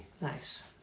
Nice